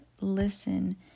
listen